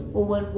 over